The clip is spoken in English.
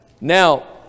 Now